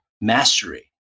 mastery